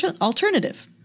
alternative